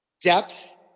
depth